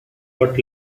what